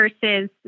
versus